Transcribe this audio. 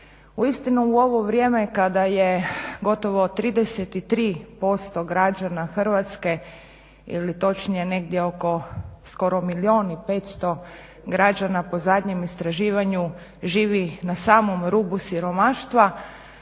Uistinu u ovo vrijeme kada je gotovo 33% građana Hrvatske ili točnije negdje oko skoro milijun i 500 građana po zadnjem istraživanju živi na samom rubu siromaštva,